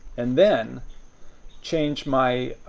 and then change my